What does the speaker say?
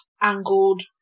angled